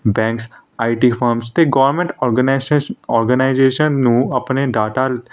banks I T forums ਅਤੇ government organisation organisation ਨੂੰ ਆਪਣੇ ਡਾਟਾ